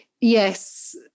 Yes